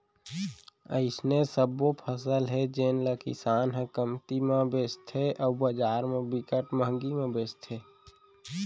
अइसने सबो फसल हे जेन ल किसान ह कमती म बेचथे अउ बजार म बिकट मंहगी म बेचाथे